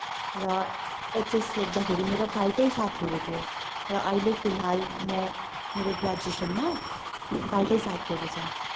र एचएस लेख्दाखेरि मेरो फाल्टै साथीहरू थियो र अहिले फिलहाल म मेरो ग्रेजुएसनमा फाल्टै साथीहरू छ